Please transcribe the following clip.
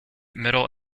middle